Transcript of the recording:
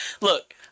Look